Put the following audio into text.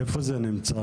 איפה זה נמצא?